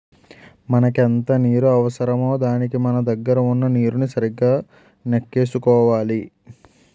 మనకెంత నీరు అవసరమో దానికి మన దగ్గర వున్న నీరుని సరిగా నెక్కేసుకోవాలి